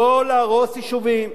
לא להרוס יישובים,